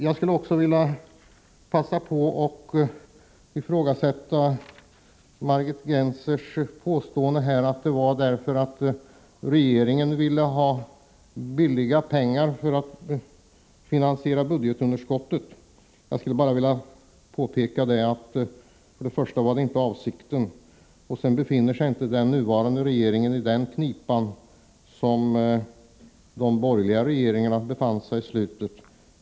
Jag skulle vilja passa på och ifrågasätta Margit Gennsers påstående att anledningen var att regeringen ville ha billiga pengar för att finansiera budgetunderskottet. Jag vill påpeka för det första att detta inte var avsikten och för det andra att den nuvarande regeringen inte befinner sig i den knipa som de borgerliga regeringarna befann sig i på slutet.